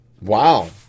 Wow